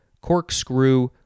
corkscrew